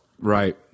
Right